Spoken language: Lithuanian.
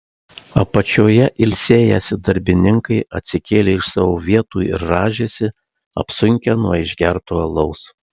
apačioje ilsėjęsi darbininkai atsikėlė iš savo vietų ir rąžėsi apsunkę nuo išgerto alaus